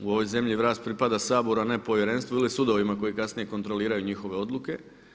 U ovoj zemlji vlast pripada Saboru a ne Povjerenstvu ili sudovima koji kasnije kontroliraju njihove odluke.